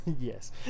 Yes